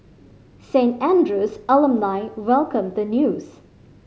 Saint Andrew's alumni welcomed the news